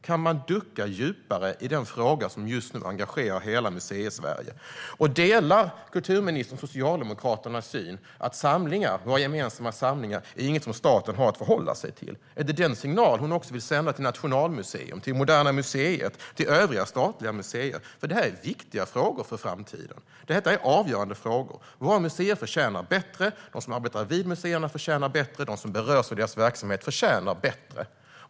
Kan man ducka djupare i den fråga som just nu engagerar hela Museisverige? Delar kulturministern Socialdemokraternas syn att våra gemensamma samlingar inte är något som staten har att förhålla sig till? Är det den signalen hon vill sända till Nationalmuseum, Moderna Museet och övriga statliga museer? Detta är viktiga frågor för framtiden. Det är avgörande frågor. Våra museer förtjänar bättre. De som arbetar vid museerna förtjänar bättre. De som berörs av deras verksamhet förtjänar bättre.